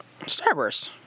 Starburst